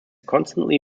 constantly